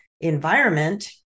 environment